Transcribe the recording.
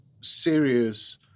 serious